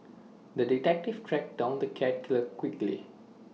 the detective tracked down the cat killer quickly